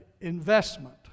investment